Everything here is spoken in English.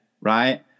right